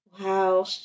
Wow